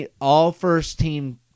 all-first-team